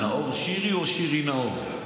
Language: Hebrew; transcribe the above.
נאור שירי או שירי נאור.